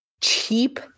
cheap